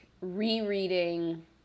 rereading